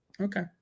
Okay